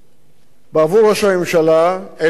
בעבור ראש הממשלה אלה מספרים,